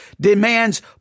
demands